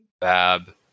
BAB